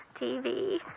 TV